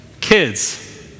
Kids